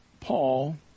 Paul